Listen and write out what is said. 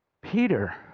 Peter